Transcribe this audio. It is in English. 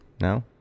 no